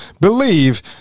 believe